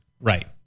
right